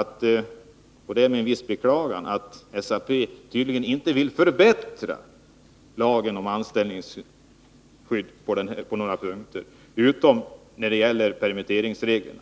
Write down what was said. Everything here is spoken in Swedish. att med ett visst beklagande konstatera att SAP tydligen inte vill förbättra lagen om anställningsskydd utom när det gäller permitteringsreglerna.